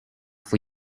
for